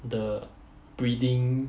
the breathing